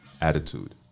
Attitude